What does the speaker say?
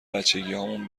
بچگیهامون